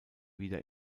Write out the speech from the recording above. wieder